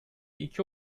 iki